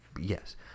Yes